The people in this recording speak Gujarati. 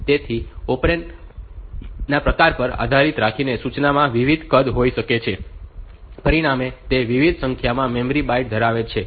તેથી ઓપરેન્ડ ના પ્રકાર પર આધાર રાખીને સૂચનામાં વિવિધ કદ હોઈ શકે છે અને પરિણામે તે વિવિધ સંખ્યામાં મેમરી બાઈટ ધરાવે છે